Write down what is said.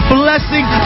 blessing